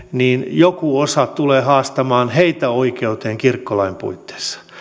joku osa tulee haastamaan oikeuteen kirkkolain puitteissa